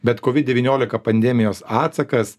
bet covid devyniolika pandemijos atsakas